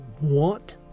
want